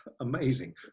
amazing